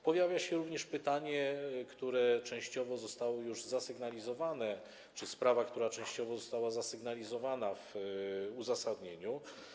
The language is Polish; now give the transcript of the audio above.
Pojawia się również pytanie, które częściowo zostało już zasygnalizowane, czy sprawa, która częściowo została już zasygnalizowana w uzasadnieniu.